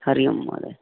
हरिः ओं महोदय